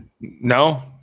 no